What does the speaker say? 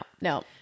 No